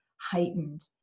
heightened